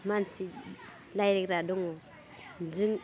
मानसि रायज्लायग्रा दङ जों